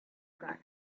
guard